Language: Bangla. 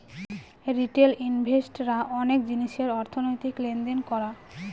রিটেল ইনভেস্ট রা অনেক জিনিসের অর্থনৈতিক লেনদেন করা